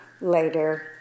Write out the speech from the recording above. later